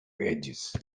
edges